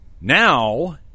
Now